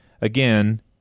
again